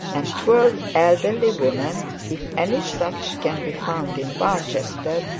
and twelve elderly women if any such can be found in barchester,